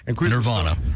Nirvana